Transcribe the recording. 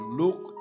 look